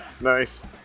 Nice